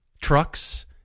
trucks